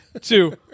two